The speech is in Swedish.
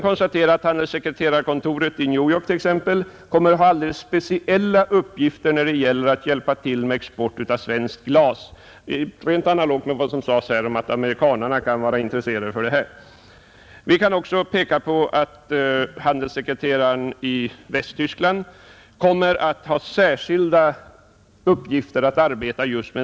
Handelssekreterarkontoret i New York t.ex. kommer att få alldeles speciella uppgifter när det gäller att hjälpa till med export av svenskt glas; det sker helt analogt med vad som sades tidigare, nämligen att amerikanerna är intresserade av denna vara. Vi kan också peka på att handelssekreteraren i Västtyskland kommer att ha särskilda uppgifter i arbetet med just denna export.